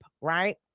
right